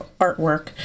artwork